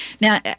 Now